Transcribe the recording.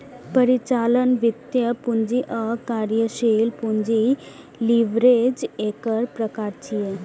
परिचालन, वित्तीय, पूंजी आ कार्यशील पूंजी लीवरेज एकर प्रकार छियै